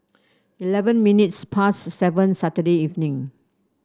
eleven minutes past seven Saturday evening